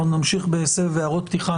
אנחנו נמשיך בסבב הערות פתיחה,